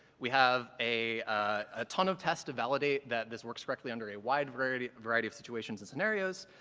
we have a a ton of tests to validate that this works correctly under a wide variety variety of situations and scenarios.